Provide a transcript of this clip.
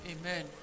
Amen